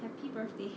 happy birthday